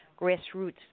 grassroots